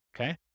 Okay